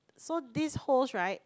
so this host right